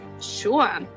Sure